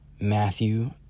Matthew